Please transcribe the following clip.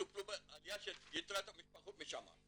התופעה של להכריח אותם להיות חרדים זה בטבריה או בכמה מקומות?